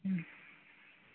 ம்